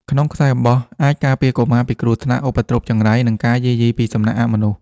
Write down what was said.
ក្នុងខ្សែអំបោះ អាចការពារកុមារពីគ្រោះថ្នាក់ ឧបទ្រពចង្រៃ និងការយាយីពីសំណាក់អមនុស្ស។